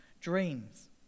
dreams